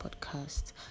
podcast